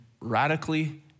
radically